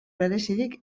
berezirik